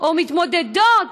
או מתמודדות